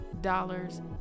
dollars